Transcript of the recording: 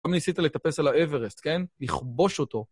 פעם ניסית לטפס על האברסט, כן? לכבוש אותו.